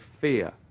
fear